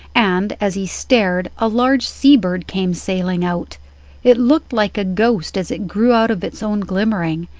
and as he stared a large sea-bird came sailing out it looked like a ghost as it grew out of its own glimmering,